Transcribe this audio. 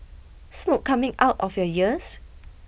smoke coming out of your ears